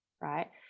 right